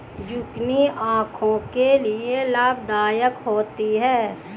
zucchini आंखों के लिए लाभदायक होती है